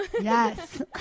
yes